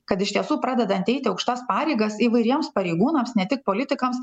kad iš tiesų pradedant eiti aukštas pareigas įvairiems pareigūnams ne tik politikams